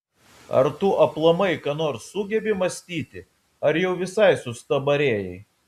ar tu aplamai ką nors sugebi mąstyti ar jau visai sustabarėjai